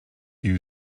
you